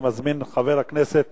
אני מזמין את חבר הכנסת